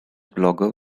blogger